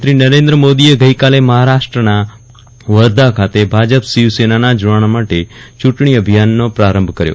પ્રધાનમંત્રી નરેન્દ્ર મોદીએ ગઈકાલે મહારાષ્ટ્રના વર્ધા ખાતે ભાજપ શિવસેનાના જોડાણ માટે ચૂંટણી અભિયાનનો પ્રારંભ કર્યો